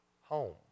home